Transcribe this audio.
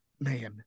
man